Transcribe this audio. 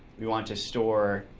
we want to store